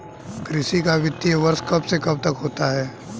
कृषि का वित्तीय वर्ष कब से कब तक होता है?